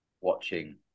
watching